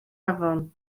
afon